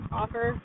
offer